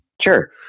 Sure